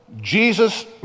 Jesus